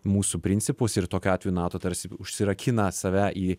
mūsų principus ir tokiu atveju nato tarsi užsirakina save į